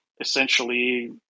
essentially